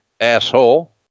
Asshole